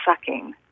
sucking